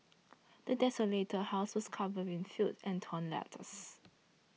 the desolated house was covered in filth and torn letters